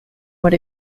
what